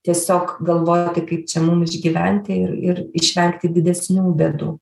tiesiog galvoti kaip čia mum išgyventi ir ir išvengti didesnių bėdų